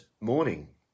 morning